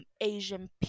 Asian